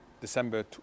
December